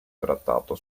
trattato